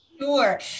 Sure